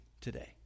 today